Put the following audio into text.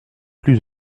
plus